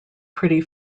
pretty